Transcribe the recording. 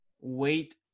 wait